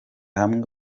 hamwe